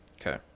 Okay